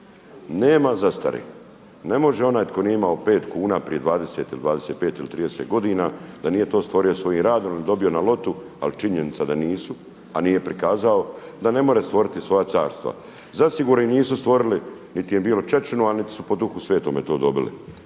Nema zastare. Ne može onaj tko nije imao pet kuna prije 20 ili 25 ili 30 godina da nije to stvorio svojim radom ili dobio na lotu, a činjenica da nisu, a nije prikazao da ne more stvoriti svoja carstva. Zasigurno nisu stvoriti niti je bilo …/Govornik se ne razumije./… a niti su po duhu svetome to dobili.